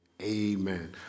amen